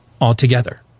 altogether